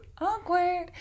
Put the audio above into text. Awkward